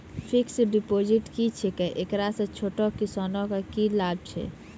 Fixed deposit की छिकै, एकरा से छोटो किसानों के की लाभ छै?